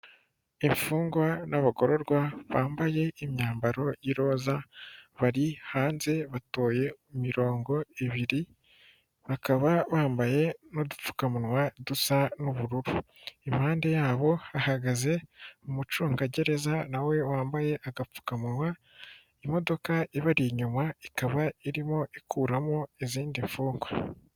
Imfungwa n'abagororwa bambaye imyambaro y'iroza bari hanze batoye imirongo ibiri, bakaba bambaye n'udupfukamunwa dusa n'ubururu. Impande yabo hahagaze umucungagereza nawe wambaye agapfukamunwa, imodoka ibari inyuma ikaba irimo ikuramo izindi mfungwa.